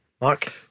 Mark